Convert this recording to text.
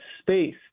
space